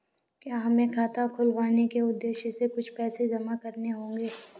क्या हमें खाता खुलवाने के उद्देश्य से कुछ पैसे जमा करने होंगे?